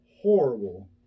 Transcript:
horrible